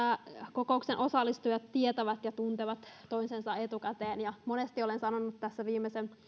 kokouksen osallistujat tietävät ja tuntevat toisensa etukäteen monesti olen sanonut tässä viimeisen